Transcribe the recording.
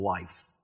life